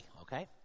okay